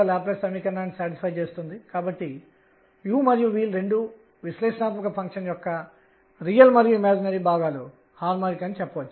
దాని అర్థం ఏమిటంటే మీరు నికర కోణీయ ద్రవ్యవేగం kℏ ని కలిగి ఉండవచ్చు మరియు అది z దిశలో ఉన్న దిశలో ఉండవచ్చు